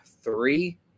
three